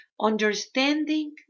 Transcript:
understanding